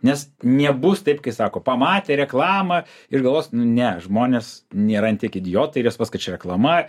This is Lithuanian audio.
nes nebus taip kai sako pamatė reklamą ir galvos nu ne žmonės nėra ant tiek idiotai ir jie supras kad čia reklama